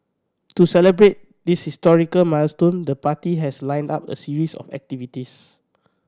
to celebrate this historical milestone the party has lined up a series of activities